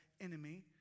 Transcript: enemy